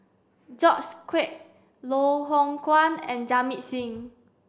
George Quek Loh Hoong Kwan and Jamit Singh